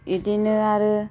बिदिनो आरो